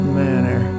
manner